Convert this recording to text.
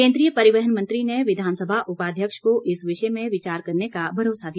केन्द्रीय परिवहन मंत्री ने विधानसभा उपाध्यक्ष को इस विषय में विचार करने का भरोसा दिया